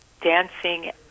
dancing